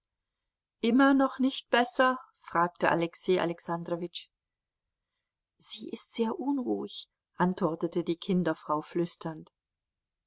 immer noch nicht besser fragte alexei alexandrowitsch sie ist sehr unruhig antwortete die kinderfrau flüsternd